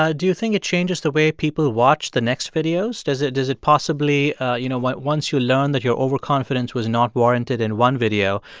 ah do you think it changes the way people watch the next videos? does it does it possibly you know, once you learn that your overconfidence was not warranted in one video,